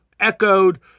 echoed